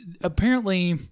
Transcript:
apparently-